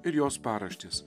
ir jos paraštės